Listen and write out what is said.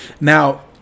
Now